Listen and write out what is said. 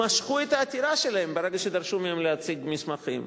משכו את העתירה שלהם ברגע שדרשו מהם להציג מסמכים,